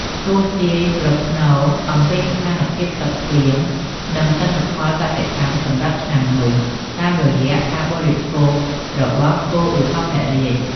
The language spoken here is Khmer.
ទស្សន៍ទាយប្រផ្នូល អំពីស្ថានភាពទឹកភ្លៀង និងទិន្នផលកសិកម្មសម្រាប់ឆ្នាំនោះ តាមរយៈការបរិភោគរបស់ គោឧសភរាជ។